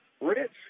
rich